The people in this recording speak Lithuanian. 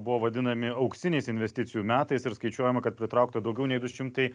buvo vadinami auksiniais investicijų metais ir skaičiuojama kad pritraukta daugiau nei du šimtai